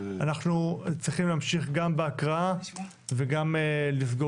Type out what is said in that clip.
אנחנו צריכים להמשיך גם בהקראה וגם לסגור